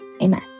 Amen